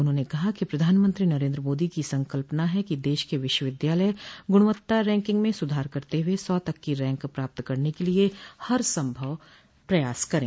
उन्होंने कहा कि प्रधानमंत्री नरेन्द्र मोदी की संकल्पना है कि देश के विश्वविद्यालय गुणवत्ता रैंकिंग में सुधार करते हुए सौ तक की रैंक प्राप्त करने के लिये हर संभव प्रयास करे